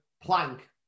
plank